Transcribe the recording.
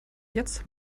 jetzt